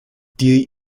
die